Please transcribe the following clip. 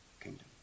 kingdom